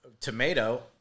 Tomato